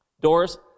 doors